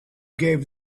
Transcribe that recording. gave